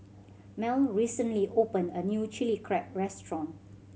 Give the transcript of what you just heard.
Mal recently opened a new Chilli Crab restaurant